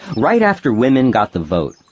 right after women got the vote,